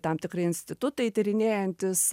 tam tikri institutai tyrinėjantys